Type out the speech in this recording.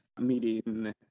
meeting